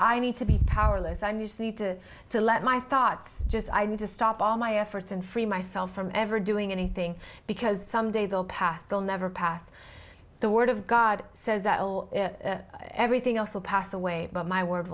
i need to be powerless i'm you see to to let my thoughts just i need to stop all my efforts and free myself from ever doing anything because some day they'll pass they'll never pass the word of god says that everything else will pass away but my word